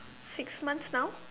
six months now